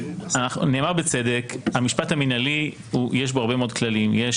נאמר בצדק למשפט המנהלי יש הרבה מאוד כללים,